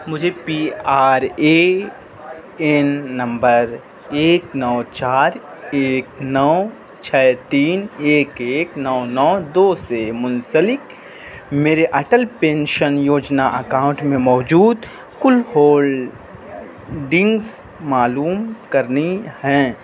مجھے P R A N number ایک نو چار ایک نو چھ تین ایک ایک نو نو دو سے منسلک میرے اٹل پینشن یوجنا اکاؤنٹ میں موجود کل ہولڈنگس معلوم کرنی ہیں